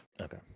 okay